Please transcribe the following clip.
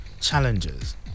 challenges